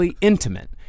intimate